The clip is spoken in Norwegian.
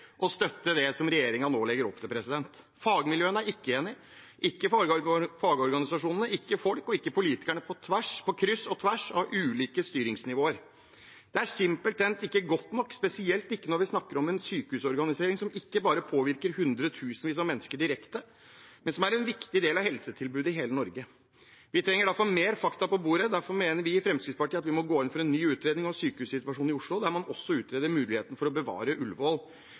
det som regjeringen nå legger opp til. Fagmiljøene er ikke enige – ikke fagorganisasjonene, ikke folk og ikke politikerne, på kryss og tvers av ulike styringsnivåer. Det er simpelthen ikke godt nok, spesielt ikke når vi snakker om en sykehusorganisering som ikke bare påvirker hundretusenvis av mennesker direkte, men som er en viktig del av helsetilbudet i hele Norge. Vi trenger derfor mer fakta på bordet. Derfor mener vi i Fremskrittspartiet at vi må gå inn for en ny utredning av sykehussituasjonen i Oslo, der man også utreder muligheten for å bevare